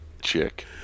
chick